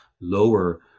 lower